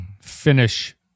finish